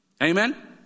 Amen